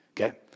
Okay